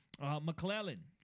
mcclellan